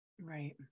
Right